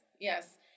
Yes